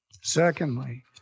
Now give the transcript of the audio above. Secondly